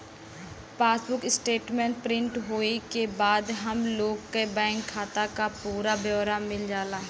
passbook statement print होये के बाद हम लोग के बैंक खाता क पूरा ब्यौरा मिल जाला